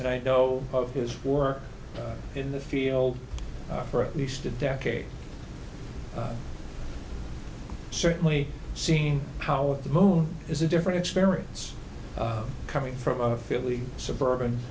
and i know of his work in the field for at least a decade certainly seen how the moon is a different experience coming from a fairly suburban